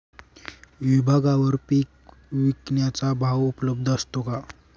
विभागवार पीक विकण्याचा भाव उपलब्ध असतो का?